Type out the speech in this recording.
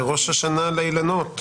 ראש השנה לאילנות,